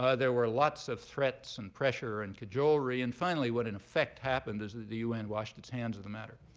ah there were lots of threats and pressure and cajolery. and finally, what in effect happened is that the un washed its hands of the matter.